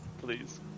please